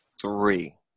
three